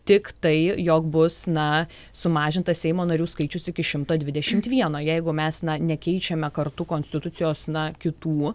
tik tai jog bus na sumažintas seimo narių skaičius iki šimto dvidešimt vieno jeigu mes na nekeičiame kartu konstitucijos na kitų